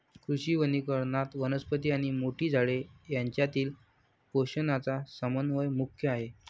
कृषी वनीकरणात, वनस्पती आणि मोठी झाडे यांच्यातील पोषणाचा समन्वय मुख्य आहे